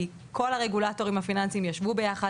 כי כל הרגולטורים הפיננסים ישבו יחד